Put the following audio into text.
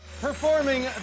Performing